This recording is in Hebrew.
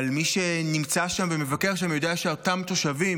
אבל מי שנמצא שם ומבקר שם יודע שאותם תושבים